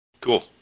Cool